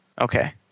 Okay